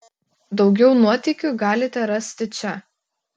daugiau nuotykių galite rasti čia